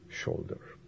shoulder